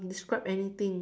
describe anything